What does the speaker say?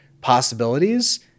possibilities